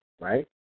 right